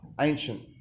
ancient